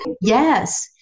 Yes